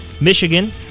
Michigan